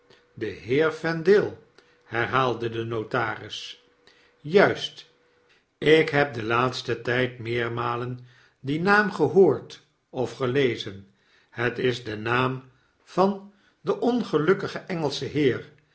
den heer vendale herhaalde de notaris juist ik heb in den laatsten tijd meermalen dien naam gehoord of gelezen het is de naam van den ongelukkigen engelschen heer